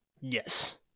yes